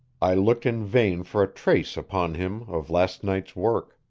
i looked in vain for a trace upon him of last night's work.